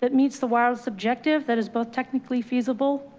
that meets the wilds objective. that is both technically feasible.